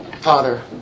Father